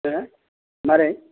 मा माबोरै